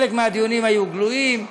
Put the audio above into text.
חלק מהדיונים היו גלויים.